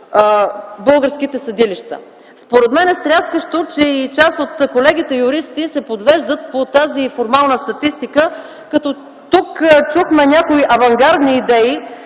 българските съдилища. Според мен е стряскащо, че и част от колегите юристи се подвеждат по тази формална статистика като тук чухме някои авангардни идеи,